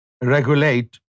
regulate